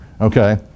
okay